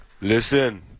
Listen